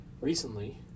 recently